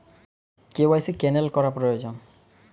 KYC cancel করা প্রয়োজন?